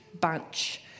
bunch